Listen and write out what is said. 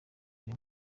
icya